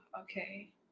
okay